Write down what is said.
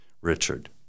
Richard